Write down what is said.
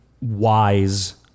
wise